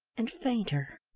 and fainter.